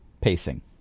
pacing